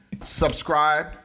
Subscribe